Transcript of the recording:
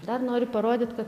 dar noriu parodyt kad